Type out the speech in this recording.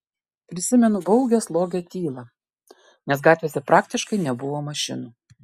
prisimenu baugią slogią tylą nes gatvėse praktiškai nebuvo mašinų